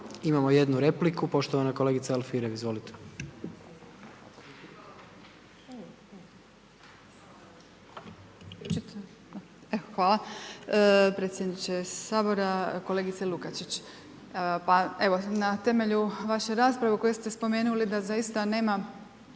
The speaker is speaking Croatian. Imamo jednu repliku, poštovana kolegica Alfirev, izvolite. **Alfirev, Marija (SDP)** Hvala predsjedniče Sabora, kolegice Lukačić. Pa evo na temelju vaše rasprave u kojoj ste spomenuli da zaista nema